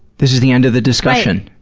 this is the end of the discussion.